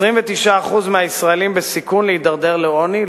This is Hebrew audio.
29% מהישראלים בסיכון להידרדר לעוני,